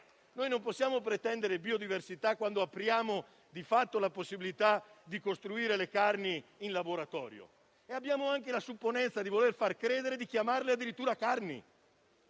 Noi non possiamo pretendere biodiversità quando apriamo, di fatto, alla possibilità di produrre la carne in laboratorio e abbiamo anche la supponenza di voler farle credere tale e di chiamarla carne.